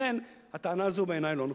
לכן, הטענה הזאת בעיני לא נכונה.